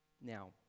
Now